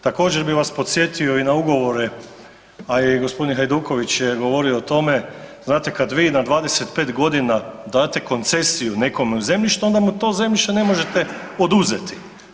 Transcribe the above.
Također bi vas podsjetio i na ugovore, a i g. Hajduković je govorio o tome, znate, kad vi na 25 godina date koncesiju nekome u zemljište, onda mu to zemljište ne možete oduzeti.